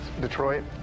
Detroit